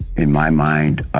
in my mind,